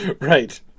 Right